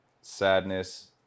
sadness